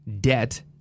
Debt